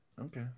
Okay